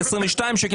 22 שקלים,